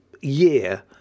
year